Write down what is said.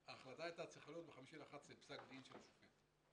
פסק דין של השופט.